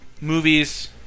movies